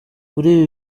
kuri